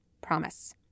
Promise